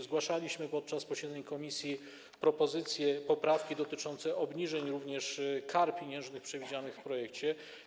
Zgłaszaliśmy podczas posiedzeń komisji propozycję poprawki dotyczącej obniżeń kar pieniężnych przewidzianych w projekcie.